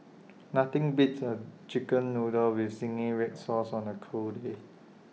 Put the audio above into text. nothing beats A Chicken Noodles with Zingy Red Sauce on A cold day